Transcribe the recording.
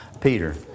Peter